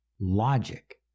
Logic